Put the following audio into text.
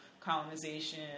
colonization